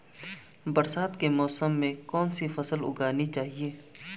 बरसात के मौसम में कौन सी फसल उगानी चाहिए?